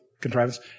contrivance